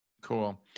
Cool